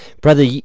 Brother